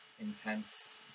intense